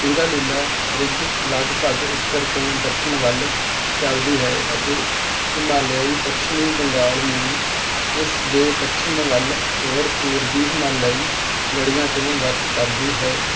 Singalila ridge ਲਗਭਗ ਉੱਤਰ ਤੋਂ ਦੱਖਣ ਵੱਲ ਚੱਲਦੀ ਹੈ ਅਤੇ ਹਿਮਾਲਿਆਈ ਪੱਛਮੀ ਬੰਗਾਲ ਨੂੰ ਇਸ ਦੇ ਪੱਛਮ ਵੱਲ ਹੋਰ ਪੂਰਬੀ ਹਿਮਾਲਿਆਈ ਲੜੀਆਂ ਤੋਂ ਵੱਖ ਕਰਦੀ ਹੈ